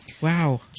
Wow